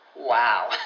Wow